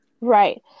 Right